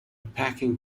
packing